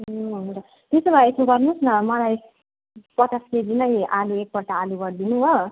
ए हुन्छ त्यसो भए यसो गर्नुहोस् न मलाई पचास केजी नै आलु एक पट्टा आलु गरिदिनु हो